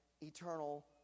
eternal